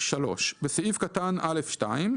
בסעיף קטן (א2),